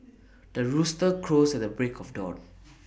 the rooster crows at the break of dawn